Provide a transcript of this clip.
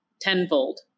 tenfold